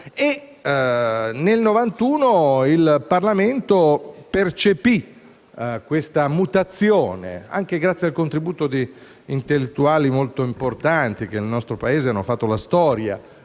Nel 1991 il Parlamento percepì questa mutazione, anche grazie al contributo di intellettuali molto importanti che nel nostro Paese hanno fatto la storia